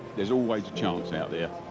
there's always a chance out there.